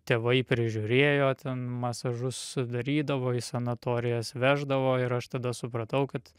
tėvai prižiūrėjo ten masažus darydavo į sanatorijas veždavo ir aš tada supratau kad